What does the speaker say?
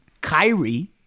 Kyrie